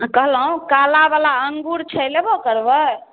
कहलहुँ कालावला अँगुर छै लेबो करबै